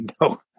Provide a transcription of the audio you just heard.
no